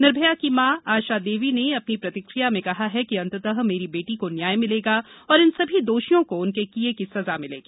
निर्भया की मां आशा देवी ने अपनी प्रतिक्रिया में कहा है कि अंततः मेरी बेटी को न्याय मिलेगा और इन सभी दोषियों को उनके किये की सजा मिलेगी